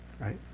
right